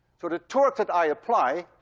so the torque that i apply